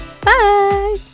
Bye